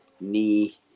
knee